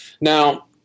Now